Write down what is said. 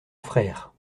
frère